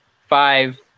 five